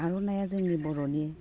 आर'नाइया जोंनि बर'नि